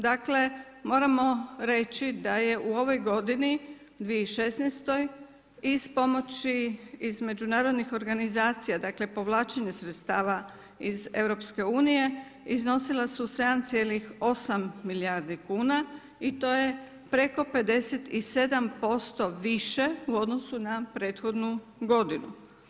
Dakle, moramo reći da je u ovoj godini 2016. iz pomoći iz međunarodnih organizacija, dakle, povlačenje sredstava iz EU, iznosila su 7,8 milijardi kuna i to je preko 57% više u odnosu na prethodnu godinu.